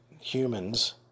humans